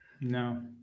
No